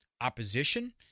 opposition